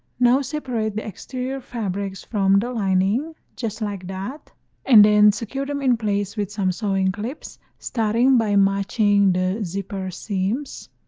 now separate the exterior fabrics from the lining just like that and then secure them in place with some sewing clips starting by matching the zipper seams